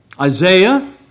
Isaiah